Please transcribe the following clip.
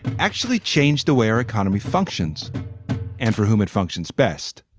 actually changed the way our economy functions and for whom it functions best?